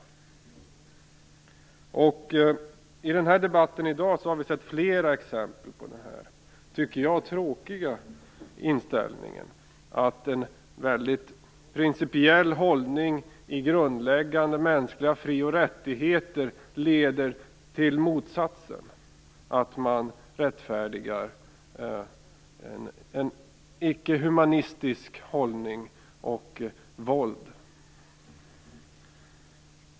I debatten i dag har vi sett flera exempel på den enligt mig tråkiga inställningen att en mycket principiell hållning i grundläggande mänskliga fri och rättigheter leder till motsatsen, att man rättfärdigar en icke humanistisk hållning och våld.